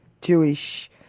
Jewish